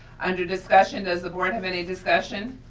under discussion does the board have any discussion?